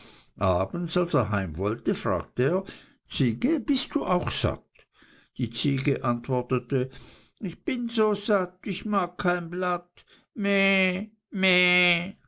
abends als er heim wollte fragte er ziege bist du auch satt die ziege antwortete ich bin so satt ich mag kein blatt meh